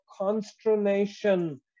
consternation